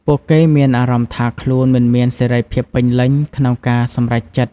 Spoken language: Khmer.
ពួកគេមានអារម្មណ៍ថាខ្លួនមិនមានសេរីភាពពេញលេញក្នុងការសម្រេចចិត្ត។